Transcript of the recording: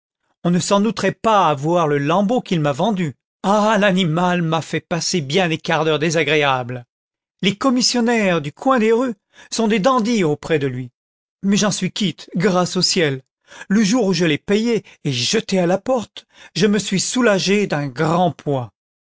on ne s'en douterait pas à voir le lambeau qu'il m'a vendu ah l'animai m'a fait passer bien des quarts d'heure désagréables les commissionnaires du coin des rues sont des tlandies auprès de lui mais j'en suis quitte grâce au ciel le jour où je l'ai payé et jeté à la porte je me suis soulagé d'un grand poids